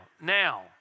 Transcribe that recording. now